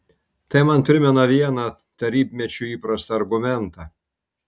tai man primena vieną tarybmečiu įprastą argumentą